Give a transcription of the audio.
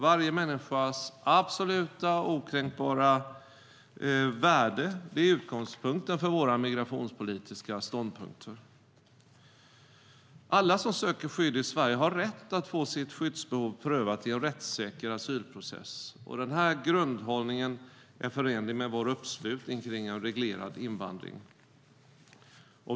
Varje människas absoluta och okränkbara värde är utgångspunkten för våra migrationspolitiska ståndpunkter. Alla som söker skydd i Sverige har rätt att få sitt skyddsbehov prövat i en rättssäker asylprocess. Den här grundhållningen är förenlig med vår uppslutning runt en reglerad invandring.